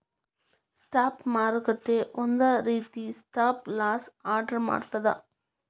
stop ಮಾರುಕಟ್ಟೆ ಒಂದ ರೇತಿ ಸ್ಟಾಪ್ ಲಾಸ್ ಆರ್ಡರ್ ಮಾಡ್ತದ